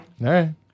right